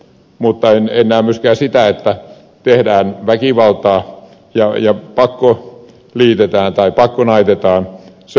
mutta en näe myöskään sitä että tehdään väkivaltaa ja pakkoliitetään tai pakkonaitetaan